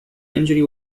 injury